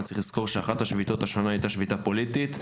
אבל צריך לזכור שאחת השביתות השנה הייתה שביתה פוליטית,